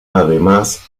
además